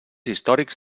històrics